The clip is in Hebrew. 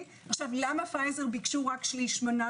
למה פייזר ביקשו רק שליש מנה